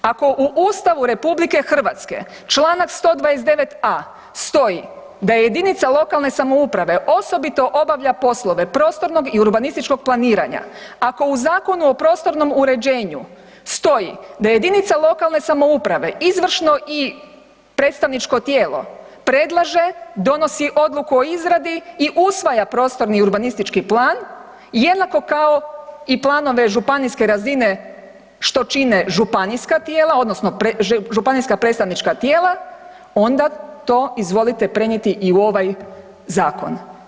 Ako u Ustavu Republike Hrvatske, članak 129. a, stoji da jedinica lokalne samouprave osobito obavlja poslove prostornog i urbanističkog planiranja, ako u Zakonu o prostornom uređenju stoji da jedinica lokalne samouprave izvršno i predstavničko tijelo predlaže, donosi odluku o izradi i usvaja prostorni i urbanistički plan, jednako kao i planove županijske razine što čine županijska tijela, odnosno županijska predstavnička tijela, onda to izvolite prenijeti i u ovaj Zakon.